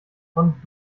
von